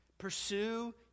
Pursue